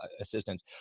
assistance